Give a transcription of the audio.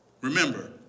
remember